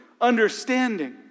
understanding